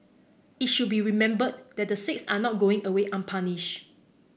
it should be remembered that the six are not going away